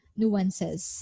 nuances